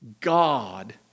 God